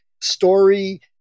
story